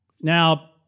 Now